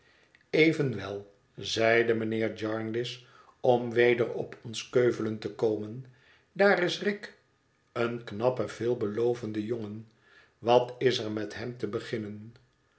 evenwel zeide mijnheer jarndyce om weder op ons keuvelen te komen daar is rick een knappe veelbelovendejongen wat is er met hem te beginnen